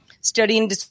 studying